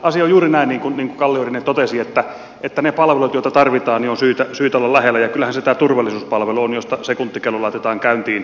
asia on juuri näin niin kuin kalliorinne totesi että niiden palvelujen joita tarvitaan on syytä olla lähellä ja kyllähän se tämä turvallisuuspalvelu on josta sekuntikello laitetaan käyntiin